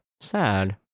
sad